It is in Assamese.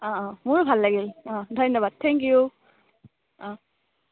অঁ অঁ মোৰো ভাল লাগিল অঁ ধন্যবাদ থেংক ইউ অঁ